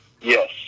Yes